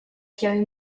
few